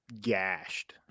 gashed